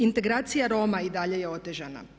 Integracija Roma i dalje je otežana.